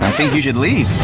you should leave.